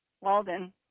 Walden